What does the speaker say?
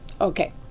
Okay